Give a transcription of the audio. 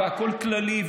והכול כללי,